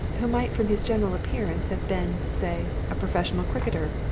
who might from his general appearance have been, say, a professional cricketer,